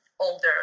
older